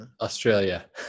Australia